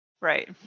right